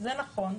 זה נכון,